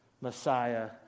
Messiah